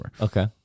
Okay